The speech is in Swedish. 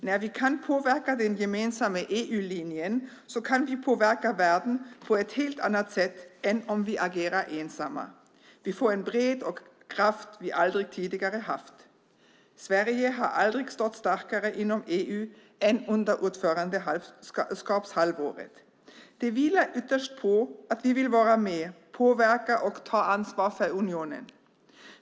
När vi kan påverka den gemensamma EU-linjen kan vi påverka världen på ett helt annat sätt än om vi agerar ensamma. Vi får en bredd och kraft som vi aldrig tidigare haft. Sverige har aldrig stått starkare inom EU än under ordförandeskapshalvåret. Det vilar ytterst på att vi vill vara med och påverka och ta ansvar för unionen.